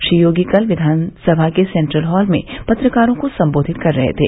श्री योगी कल विधानसभा के सेन्ट्रल हाल में पत्रकारों को संबोधित कर रहे थे